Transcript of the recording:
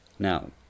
Now